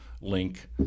Link